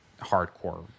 hardcore